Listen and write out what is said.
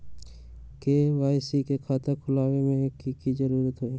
KYC के खाता खुलवा में की जरूरी होई?